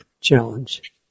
challenge